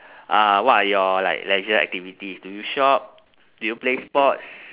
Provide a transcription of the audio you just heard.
uh what are your like leisure activities do you shop do you play sports